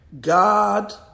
God